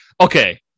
okay